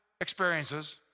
experiences